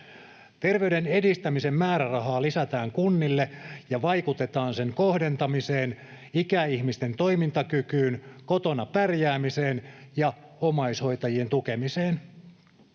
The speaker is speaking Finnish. Terveyden edistämisen määrärahaa lisätään kunnille ja vaikutetaan sen kohdentamiseen ikäihmisten toimintakykyyn, kotona pärjäämiseen ja omaishoitajien tukemiseen.